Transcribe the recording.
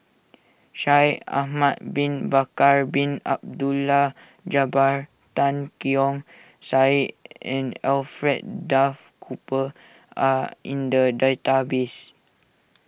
Shaikh Ahmad Bin Bakar Bin Abdullah Jabbar Tan Keong Saik and Alfred Duff Cooper are in the database